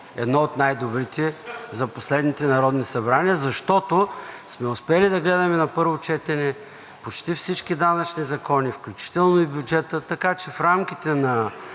едно от най-добрите за последните народни събрания, защото сме успели да гледаме на първо четене почти всички данъчни закони, включително и бюджета, така че в рамките на